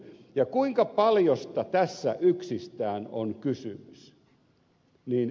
ja kuinka paljosta tässä yksistään on kysymys